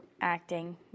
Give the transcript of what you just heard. acting